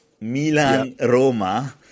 Milan-Roma